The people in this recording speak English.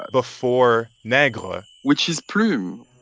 before negre. which is plume